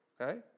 Okay